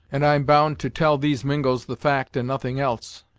and i'm bound to tell these mingos the fact and nothing else.